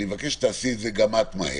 אני מבקש שתעשי את זה מהר.